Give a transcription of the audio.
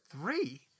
three